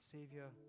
Savior